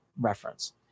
reference